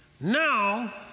now